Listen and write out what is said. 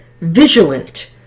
vigilant